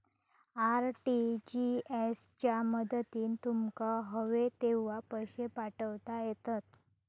RTGS च्या मदतीन तुमका हवे तेव्हा पैशे पाठवता येतत